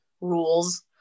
rules